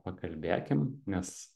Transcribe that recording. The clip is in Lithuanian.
pakalbėkim nes